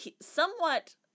somewhat